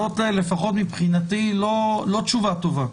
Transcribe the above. וזאת מבחינתי לא תשובה טובה.